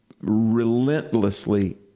relentlessly